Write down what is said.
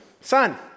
Son